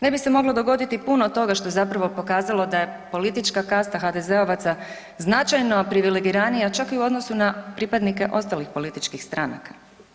Ne bi se moglo dogoditi puno toga što je zapravo pokazalo da politička kasta HDZ-ovaca značajno privilegiranija čak i u odnosu na pripadnike ostalih političkih stranaka.